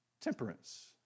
temperance